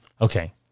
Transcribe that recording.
Okay